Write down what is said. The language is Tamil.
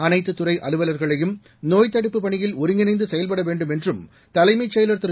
அனைத்துத் துறை அலுவலர்களையும் நோய்த் தடுப்புப் பணியில் ஒருங்கிணைந்து செயல்பட வேண்டும் என்றும் தலைமைச் செயலர் திரு